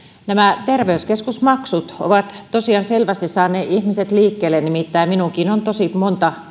nämä terveyskeskusmaksut ovat tosiaan selvästi saaneet ihmiset liikkeelle nimittäin minuunkin on otettu yhteyttä tosi monta